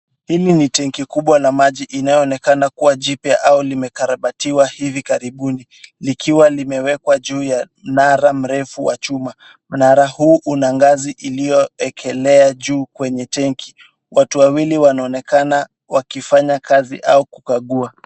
Hili ni tenki kubwa la maji inaloonekana kuwa jipya au limekarabatiwa hivi karibuni, likiwa limewekwa juu ya mnara mrefu wa chuma. Mnara huu una ngazi iliyowekelea juu kwenye tenki. Watu wawili wanaonekana wakifanya kazi au kukagua.